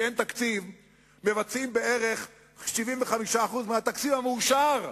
כשאין תקציב מבצעים בערך 75% מהתקציב המאושר,